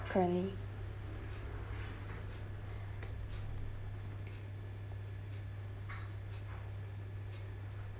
currently